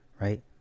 Right